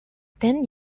тань